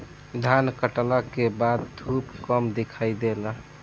धान काटला के बाद धूप कम दिखाई देला